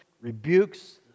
rebukes